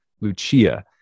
Lucia